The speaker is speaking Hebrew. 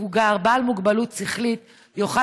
על מנת שאותו מבוגר בעל מוגבלות שכלית יוכל